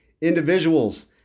Individuals